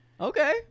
okay